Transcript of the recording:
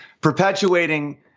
perpetuating